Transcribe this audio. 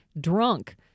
drunk